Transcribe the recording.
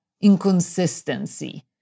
inconsistency